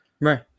Right